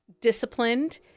disciplined